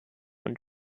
und